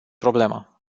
problema